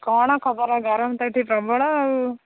କ'ଣ ଖବର ଗରମ୍ ତ ଏଠି ପ୍ରବଳ ଆଉ